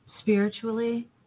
spiritually